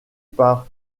par